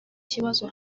kibazo